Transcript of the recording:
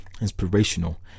inspirational